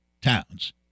Towns